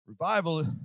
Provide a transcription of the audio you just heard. Revival